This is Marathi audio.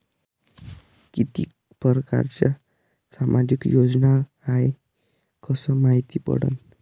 कितीक परकारच्या सामाजिक योजना हाय कस मायती पडन?